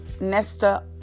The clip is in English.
nesta